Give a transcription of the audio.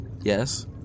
Yes